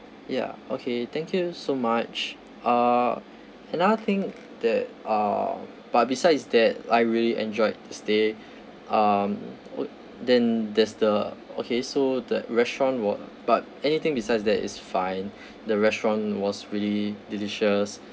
ya okay thank you so much uh another thing that uh but besides that I really enjoyed the stay um would then there's the okay so that restaurant were but anything besides that is fine the restaurant was really delicious